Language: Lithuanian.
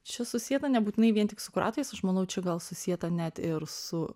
čia susieta nebūtinai vien tik su kuratoriais aš manau čia gal susieta net ir su